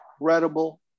incredible